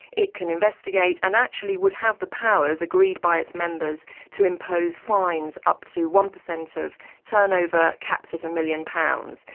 it can investigate and actually would have the powers agreed by its members to impose fines up to one per cent of turnover capped at one million pounds.